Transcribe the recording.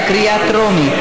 בקריאה טרומית.